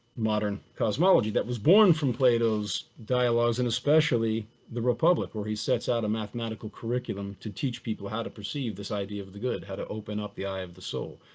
modern cosmology that was born from plato's dialogues. and especially the republic, where he sets out a mathematical curriculum to teach people how to perceive this idea of the good, how to open up the eye of the soul.